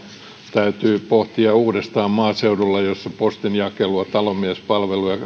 täytyy pohtia uudestaan maaseudulla jossa postinjakelua talonmiespalvelua ja